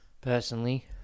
personally